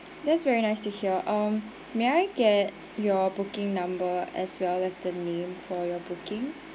that's very nice to hear um may I get your booking number as well as the name for your booking